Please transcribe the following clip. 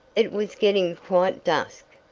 it was getting quite dusk,